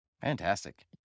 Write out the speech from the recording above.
Fantastic